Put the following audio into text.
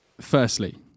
Firstly